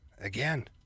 again